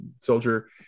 soldier